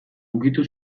ukitu